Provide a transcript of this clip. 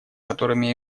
которыми